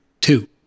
two